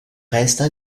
restent